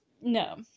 no